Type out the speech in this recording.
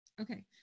Okay